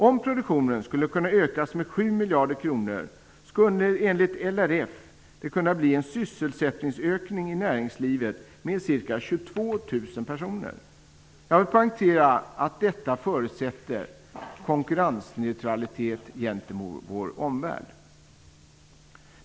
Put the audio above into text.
Om produktionen skulle kunna ökas med 7 miljarder kronor skulle det, enligt LRF, kunna bli en sysselsättningsökning i näringslivet med ca 22 000 personer. Jag vill poängtera att detta förutsätter konkurrensneutralitet gentemot vår omvärld.